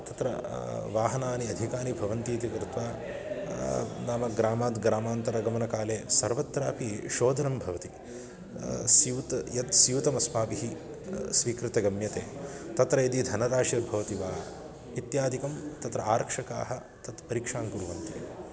तत्र वाहनानि अधिकानि भवन्ति इति कृत्वा नाम ग्रामात् ग्रामान्तरगमनकाले सर्वत्रापि शोधनं भवति स्यूतं यत् स्यूतमस्माभिः स्वीकृत्य गम्यते तत्र यदि धनराशिर्भवति वा इत्यादिकं तत्र आरक्षकाः तत् परीक्षां कुर्वन्ति